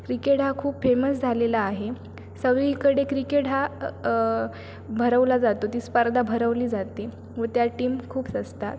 cricket हा खूप famous झालेला आहे सगळीकडे क्रिकेट हा भरवला जातो ती स्पर्धा भरवली जाते व त्या टीम खूप असतात